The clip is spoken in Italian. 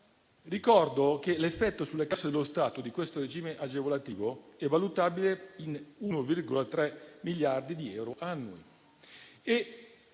Ricordo che l'effetto sulle casse dello Stato di questo regime agevolativo è valutabile in 1,3 miliardi di euro annui